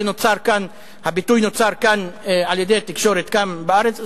הביטוי נוצר על-ידי התקשורת כאן בארץ,